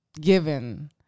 given